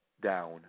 down